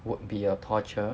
would be a torture